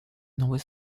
новый